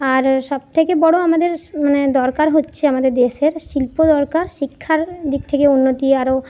আর সব থেকে বড়ো আমাদের মানে দরকার হচ্ছে আমাদের দেশের শিল্প দরকার শিক্ষার দিক থেকে উন্নতি আরো